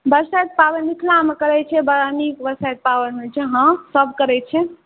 बरसाइत पाबनि मिथिलामे करै छै बड़ा नीक बरसाइत पाबनि होइ छै हँ सब करै छै